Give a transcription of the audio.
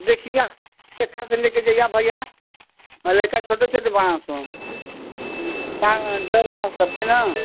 देखिये अच्छा से लेके जाए भैया लड़का छोटे छोटे बालक सँ सबके ना